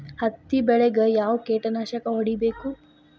ಹತ್ತಿ ಬೆಳೇಗ್ ಯಾವ್ ಕೇಟನಾಶಕ ಹೋಡಿಬೇಕು?